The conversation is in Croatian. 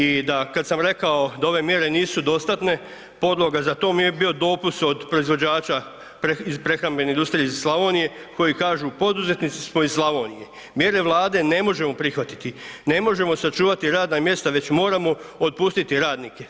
I da kad sam rekao da ove mjere nisu dostatne podloga za to mi je bio dopis od proizvođača iz prehrambene industrije iz Slavonije koji kažu, poduzetnici smo iz Slavonije, mjere Vlade ne možemo prihvatiti, ne možemo sačuvati radna mjesta već moramo otpustiti radnike.